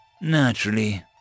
Naturally